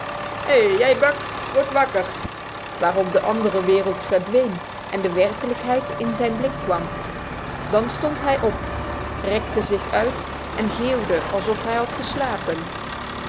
jij buck word wakker waarop de andere wereld verdween en de werkelijkheid in zijn blik kwam dan stond hij op rekte zich uit en geeuwde alsof hij had geslapen